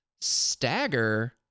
stagger